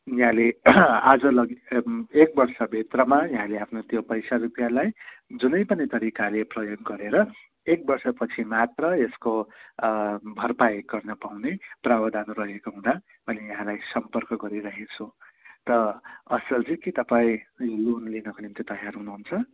यहाँले आज लगी एक वर्षभित्रमा यहाँले आफ्नो त्यो पैसा रुपियाँलाई जुनै पनि तरिकाले प्रयोग गरेर एक वर्षपछि मात्र यसको भरपाई गर्न पाउने प्रावधान रहेको हुँदा अनि यहाँलाई सम्पर्क गरिरहेको छु र असलजी के तपाईँ लोन लिनको निम्ति तयार हुनुहुन्छ